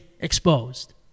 exposed